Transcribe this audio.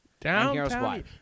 Downtown